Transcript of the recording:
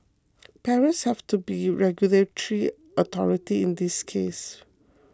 parents have to be regulatory authority in this case